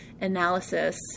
analysis